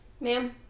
ma'am